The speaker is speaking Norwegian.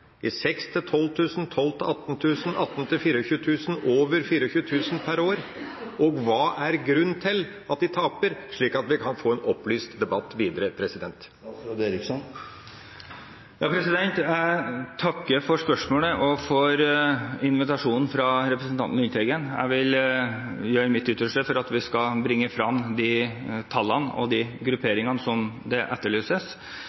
18 000–24 000 kr og over 24 000 kr per år, og fortelle hva som er grunnen til at de taper, slik at vi kan få en opplyst debatt videre. Jeg takker for spørsmålet og for invitasjonen fra representanten Lundteigen. Jeg vil gjøre mitt ytterste for at vi skal bringe frem de tallene og de grupperingene som etterlyses.